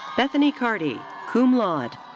bethany carty, cum laude.